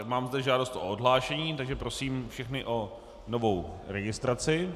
Mám zde žádost o odhlášení, takže prosím všechny o novou registraci.